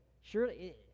Surely